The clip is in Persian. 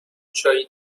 چایی